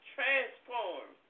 Transform